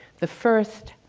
the first,